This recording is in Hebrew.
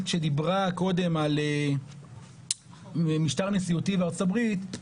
שדיברה קודם על משטר נשיאותי בארצות הברית,